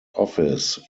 office